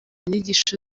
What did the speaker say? nyigisho